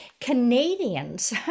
Canadians